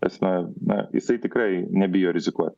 jis na na jisai tikrai nebijo rizikuot